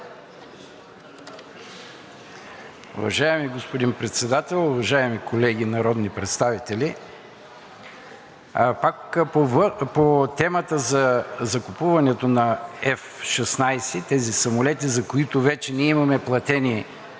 Уважаеми господин Председател, уважаеми колеги народни представители! Пак по темата за закупуването на F-16 – тези самолети, от които вече имаме платени